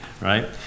right